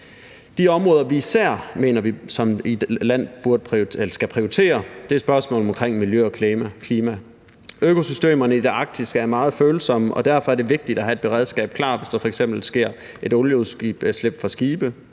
De områder, vi især mener at vi som land skal prioritere, er spørgsmål omkring miljø og klima. Økosystemerne i det arktiske er meget følsomme, og derfor er det vigtigt at have et beredskab klar, hvis der f.eks. sker olieudslip fra skibe.